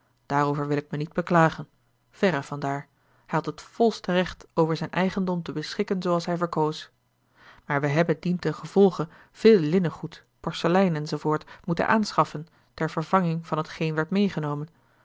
daarover wil ik mij niet beklagen verre van daar hij had het volste recht over zijn eigendom te beschikken zooals hij verkoos maar wij hebben dientengevolge veel linnengoed porselein enz moeten aanschaffen ter vervanging van t geen werd weggenomen